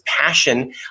passion